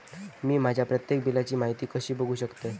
मी माझ्या प्रत्येक बिलची माहिती कशी बघू शकतय?